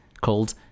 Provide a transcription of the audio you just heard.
called